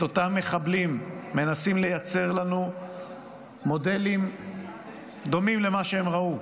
אותם מחבלים מנסים לייצר לנו מודלים דומים למה שהם ראו,